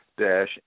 dash